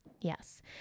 yes